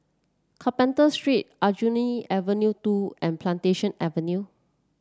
Carpenter Street Aljunied Avenue Two and Plantation Avenue